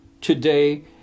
today